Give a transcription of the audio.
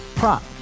Prop